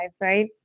right